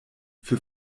für